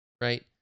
right